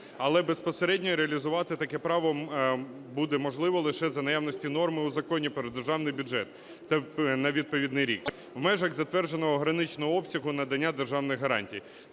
Але безпосередньо реалізувати таке право буде можливо лише за наявності норми у Законі про Державний бюджет на відповідний рік, в межах затвердженого граничного обсягу надання державних гарантій.